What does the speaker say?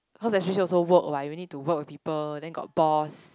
cause especially also work what you need to work with people then got boss